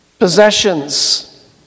Possessions